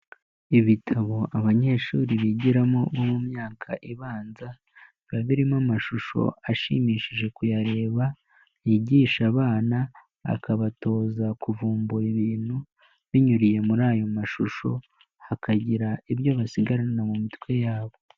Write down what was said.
Ibitabo abanyeshuri bigiramo bo mu myaka ibanza, biba birimo amashusho ashimishije kuyareba, yigisha abana akabatoza kuvumbura ibintu binyuriye muri ayo mashusho hakagira ibyo basigarana mu mitwe yabo.